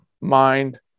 mind